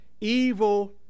evil